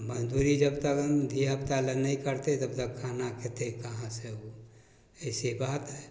मजदूरी जबतक धिआपुतालए नहि करतै तबतक खाना खेतै कहाँसँ ओ अइसहि बात हइ